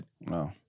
No